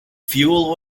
fuel